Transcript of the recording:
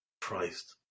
Christ